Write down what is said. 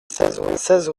seize